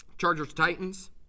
Chargers-Titans